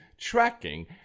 tracking